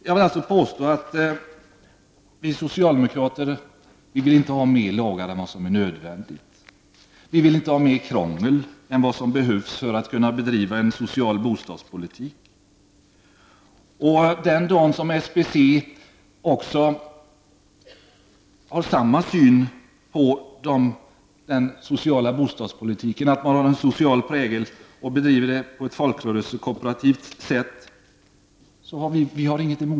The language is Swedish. Jag vill alltså påstå att vi socialdemokrater inte vill ha mer lagar än vad som är nödvändigt. Vi vill inte ha mer krångel än vad som behövs för att kunna bedriva en social bostadspolitik. Vi har inget emot SBC den dag SBC har samma syn på den sociala bostadspolitiken, den dag då verksamheten har en social prägel och bedrivs på ett folkrörelsekooperativt sätt.